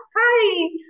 hi